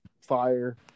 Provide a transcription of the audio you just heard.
fire